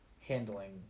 handling